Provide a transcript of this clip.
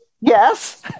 Yes